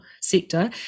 sector